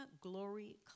glory